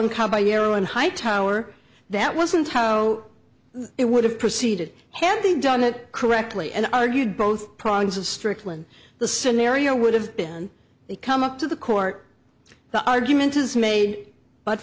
on come by heroin hightower that wasn't how it would have proceeded having done it correctly and i argued both prongs of strickland the scenario would have been they come up to the court the argument is made but